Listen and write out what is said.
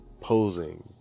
posing